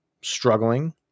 struggling